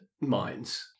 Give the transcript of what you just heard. minds